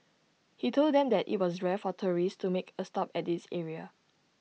he told them that IT was rare for tourists to make A stop at this area